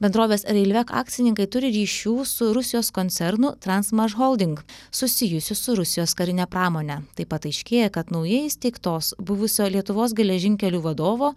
bendrovės railvec akcininkai turi ryšių su rusijos koncernu transmashholding susijusių su rusijos karine pramone taip pat aiškėja kad naujai įsteigtos buvusio lietuvos geležinkelių vadovo